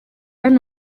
hano